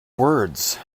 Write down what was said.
words